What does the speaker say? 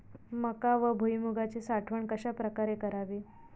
मका व भुईमूगाची साठवण कशाप्रकारे करावी?